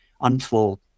unfold